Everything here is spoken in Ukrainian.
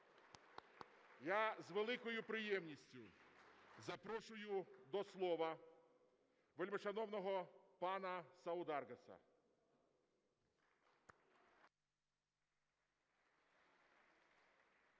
Я з великою приємністю запрошую до слова вельмишановного пана Саударгаса.